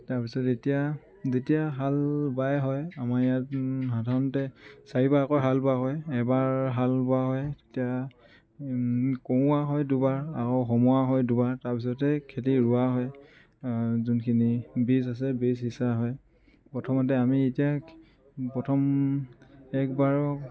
তাৰপিছত এতিয়া যেতিয়া হাল বাই হয় আমাৰ ইয়াত সাধাৰণতে চাৰিবাৰকৈ হাল বোৱা হয় এবাৰ হাল বোৱা হয় তেতিয়া কওৱা হয় দুবাৰ আৰু হমুৱা হয় দুবাৰ তাৰপিছতে খেতি ৰোৱা হয় যোনখিনি বীজ আছে বীজ সিঁচা হয় প্ৰথমতে আমি এতিয়া প্ৰথম একবাৰত